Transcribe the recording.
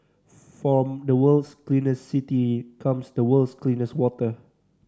from the world's cleanest city comes the world's cleanest water